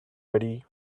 ready